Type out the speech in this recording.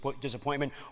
disappointment